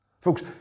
Folks